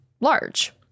large